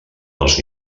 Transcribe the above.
els